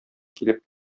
килеп